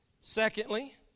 Secondly